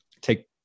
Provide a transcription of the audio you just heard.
take